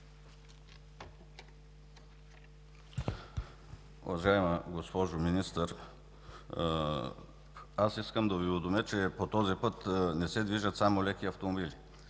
Уважаема госпожо Министър, аз искам да Ви уведомя, че по този път не се движат само леки автомобили.